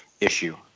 issue